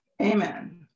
Amen